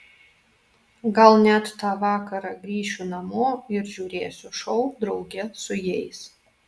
gal net tą vakarą grįšiu namo ir žiūrėsiu šou drauge su jais